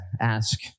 ask